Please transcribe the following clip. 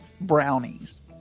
brownies